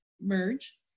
merge